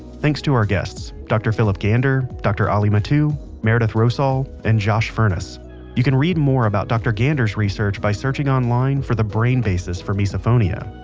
thanks to our guests-dr. phillip gander, dr. ali mattu, meredith rosol and josh furnas you can read more about dr. gander's research by searching online for the brain basis for misophonia.